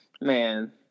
man